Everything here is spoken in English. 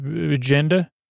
agenda